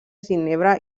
ginebra